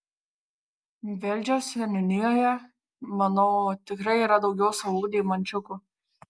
velžio seniūnijoje manau tikrai yra daugiau savų deimančiukų